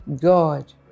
God